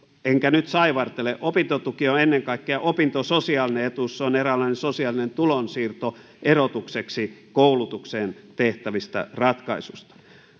enkä nyt saivartele opintotuki on on ennen kaikkea opintososiaalinen etuus se on eräänlainen sosiaalinen tulonsiirto erotukseksi koulutukseen tehtävistä ratkaisuista